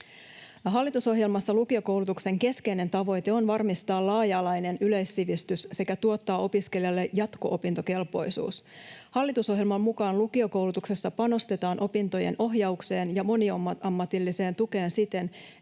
Hallitusohjelmassa lukiokoulutuksen keskeinen tavoite on varmistaa laaja-alainen yleissivistys sekä tuottaa opiskelijalle jatko-opintokelpoisuus. Hallitusohjelman mukaan lukiokoulutuksessa panostetaan opintojen ohjaukseen ja moniammatilliseen tukeen siten,